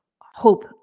hope